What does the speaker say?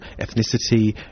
ethnicity